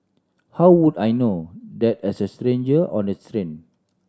how would I know that as a stranger on the train